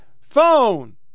phone